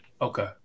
Okay